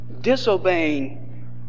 disobeying